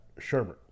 Shermer